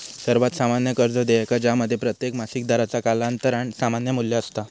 सर्वात सामान्य कर्ज देयका ज्यामध्ये प्रत्येक मासिक दराचा कालांतरान समान मू्ल्य असता